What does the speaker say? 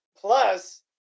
Plus